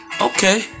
Okay